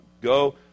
go